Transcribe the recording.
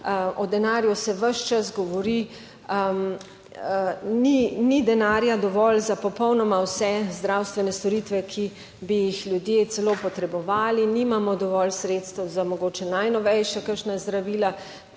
O denarju se ves čas govori, ni denarja dovolj za popolnoma vse zdravstvene storitve, ki bi jih ljudje celo potrebovali, nimamo dovolj sredstev za mogoče najnovejša kakšna zdravila